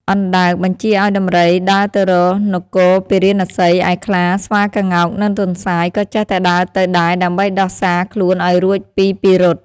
អណ្ដើកបញ្ជាឲ្យដំរីដើរទៅរកនគរពារាណសី ឯខ្លា ស្វា ក្ងោក និងទន្សាយ ក៏ចេះតែដើរទៅដែរ ដើម្បីដោះសារខ្លួនឲ្យរួចពីពិរុទ្ធ។